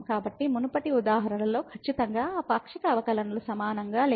కాబట్టి మునుపటి ఉదాహరణలో ఖచ్చితంగా ఆ పాక్షిక అవకలనాలు సమానంగా లేవు